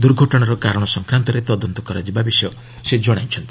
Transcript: ଦୁର୍ଘଟଣାର କାରଣ ସଂକ୍ରାନ୍ତରେ ତଦନ୍ତ କରାଯିବା ବିଷୟ ସେ ଜଣାଇଛନ୍ତି